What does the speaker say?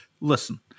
listen